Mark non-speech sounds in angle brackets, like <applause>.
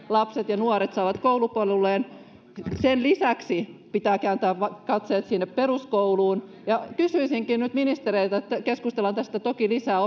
lapset ja nuoret saavat koulupolulleen sen lisäksi pitää kääntää katseet sinne peruskouluun ja kysyisinkin nyt ministereiltä keskustellaan tästä toki lisää <unintelligible>